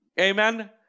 Amen